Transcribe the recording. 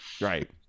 Right